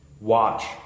Watch